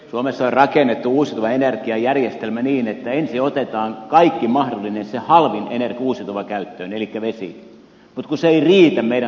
suomessa on rakennettu uusiutuvan energian järjestelmä niin että ensin otetaan se kaikki mahdollinen halvin uusiutuva käyttöön elikkä vesi mutta kun se ei riitä meidän tarpeisiimme